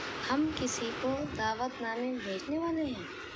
ہم کسی کو دعوت نامے بھیجنے والے ہیں